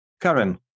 Karen